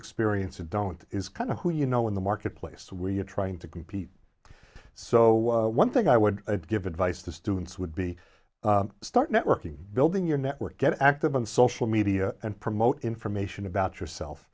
experience and don't is kind of who you know in the marketplace where you're trying to compete so one thing i would give advice to students would be start networking building your network get active on social media and promote information about yourself